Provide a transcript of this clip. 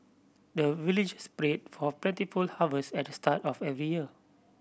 the villagers pray for plentiful harvest at the start of every year